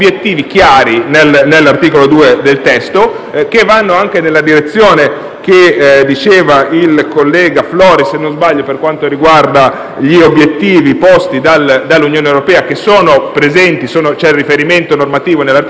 che vanno anche nella direzione che indicava il collega Floris, se non sbaglio, per quanto riguarda gli obiettivi posti dall'Unione europea che sono presenti (c'è il riferimento normativo nell'articolato). Gli obiettivi che ci